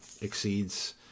exceeds